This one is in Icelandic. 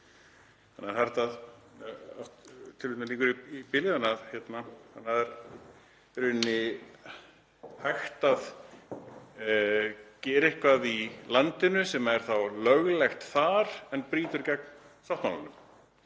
rauninni hægt að gera eitthvað í landinu sem er löglegt þar en brýtur gegn sáttmálanum.